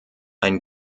ein